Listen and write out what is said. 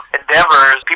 endeavors